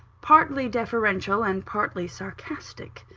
partly deferential and partly sarcastic.